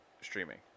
streaming